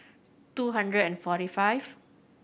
two hundred and forty five